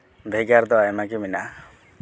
ᱵᱷᱮᱜᱟᱨ ᱫᱚ ᱟᱭᱢᱟ ᱜᱮ ᱢᱮᱱᱟᱜᱼᱟ